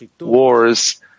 wars